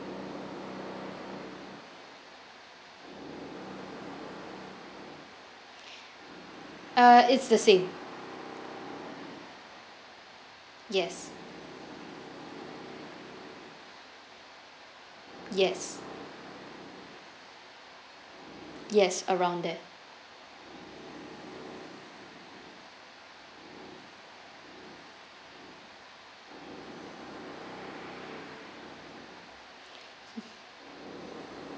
uh it's the same yes yes yes around that